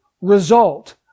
result